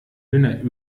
dünner